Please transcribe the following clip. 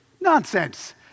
Nonsense